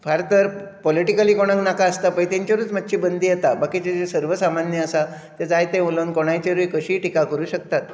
फाल्यां तर पॉलिटिकली कोणाक नाका आसता पळय तांचेरूच मातशी बंदी येता बाकीचें जे सर्वसामान्य आसा ते जायते उलोवन कोणायचेरूय कशीय टिका करूंक शकतात